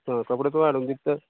आं कपडे तूं हाडून दिता तर